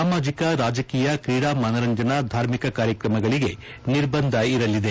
ಸಾಮಾಜಿಕ ರಾಜಕೀಯ ಕ್ರೀಡಾ ಮನರಂಜನಾ ಧಾರ್ಮಿಕ ಕಾರ್ಯಕ್ರಮಗಳಿಗೆ ನಿರ್ಬಂಧವಿರಲಿದೆ